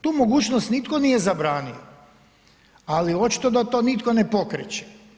Tu mogućnost nitko nije zabranio ali očito da to nitko ne pokreće.